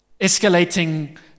escalating